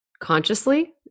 consciously